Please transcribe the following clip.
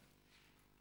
ההצעה